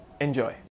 Enjoy